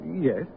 yes